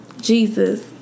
Jesus